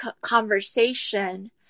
conversation